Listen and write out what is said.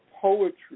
poetry